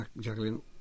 Jacqueline